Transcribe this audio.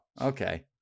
Okay